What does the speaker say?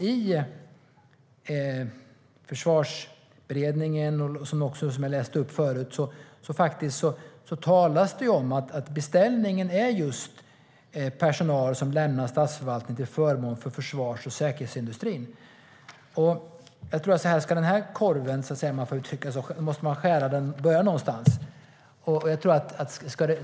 I Försvarsberedningen talas det om att beställningen gäller just personal som lämnar statsförvaltningen till förmån för försvars och säkerhetsindustrin. Man måste ju börja skära i denna korv någonstans, om jag får uttrycka mig så.